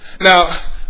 Now